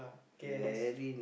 very